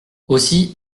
aussi